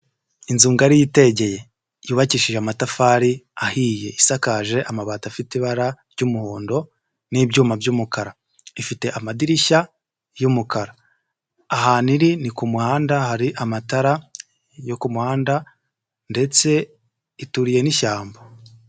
Inzu ngari yitegeye, yubakishije amatafari ahiye, isakaje amabati afite ibara ry'umuhondo n'ibyuma by'umukara, ifite amadirishya y'umukara, ahantu iri ni ku muhanda hari amatara yo ku muhanda, ndetse ituriye n'ishyamba.